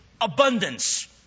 abundance